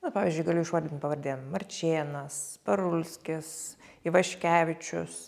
na pavyzdžiui galiu išvardint pavardėm marčėnas parulskis ivaškevičius